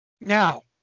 Now